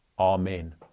Amen